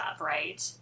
right